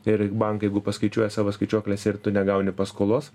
ir bankai jeigu paskaičiuoja savo skaičiuoklėse ir tu negauni paskolos